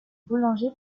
boulanger